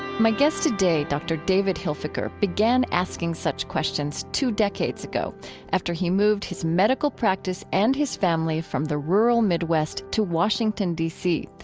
my guest today, dr. david hilfiker, began asking such questions two decades ago after he moved his medical practice and his family from the rural midwest to washington, dc,